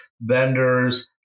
vendors